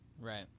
Right